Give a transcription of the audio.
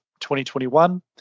2021